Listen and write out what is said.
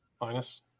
Minus